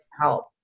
help